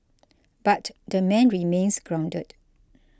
but the man remains grounded